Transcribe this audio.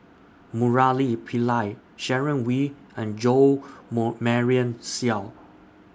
Murali Pillai Sharon Wee and Jo More Marion Seow